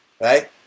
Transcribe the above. Right